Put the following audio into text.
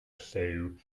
lliw